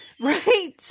right